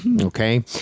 Okay